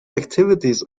activities